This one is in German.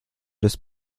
des